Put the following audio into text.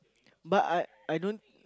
but I I don't